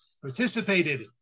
participated